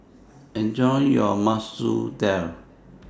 Enjoy your Masoor Dal